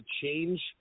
change